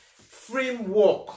framework